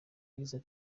yagize